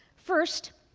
first,